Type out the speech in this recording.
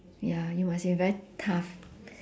ya you must be very tough